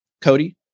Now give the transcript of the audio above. Cody